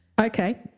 Okay